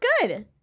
good